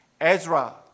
Ezra